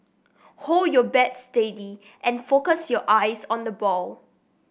hold your bat steady and focus your eyes on the ball